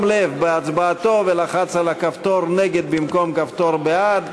לב בהצבעתו ולחץ על הכפתור נגד במקום הכפתור בעד.